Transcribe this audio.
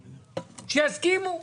שיסכימו.